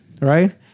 right